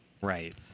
Right